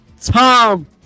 Tom